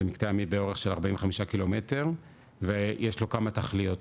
זה מקטע ימי באורך של 45 ק"מ ויש לו כמה תכליות.